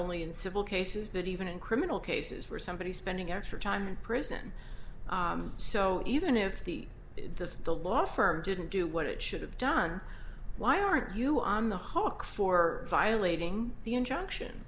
only in civil cases but even in criminal cases where somebody's spending extra time in prison so even if the the the law firm didn't do what it should have done why aren't you on the hawk for violating the injunction